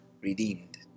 redeemed